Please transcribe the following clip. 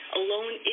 alone